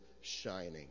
shining